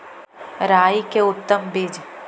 राई के उतम बिज?